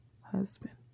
husband